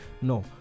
no